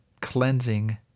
cleansing